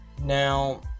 Now